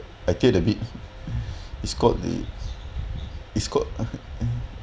I get a bit is called is called